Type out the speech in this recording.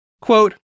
Quote